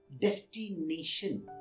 destination